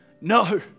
no